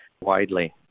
widely